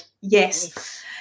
yes